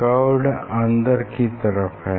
curved अंदर की तरफ है